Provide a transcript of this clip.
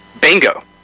Bingo